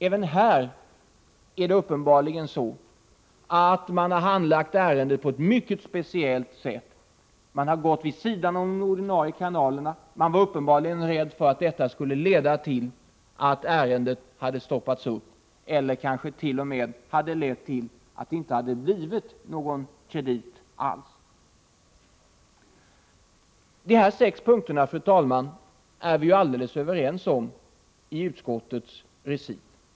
Även här har man uppenbarligen handlagt ärendet på ett mycket speciellt sätt. Man har gått vid sidan av de ordinarie kanalerna. Man var uppenbarligen rädd för att ärendet annars hade kunnat försenas eller kanske tt.o.m. att det inte hade blivit någon kredit alls. De här sex punkterna är vi helt överens om i utskottets recit.